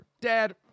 Dad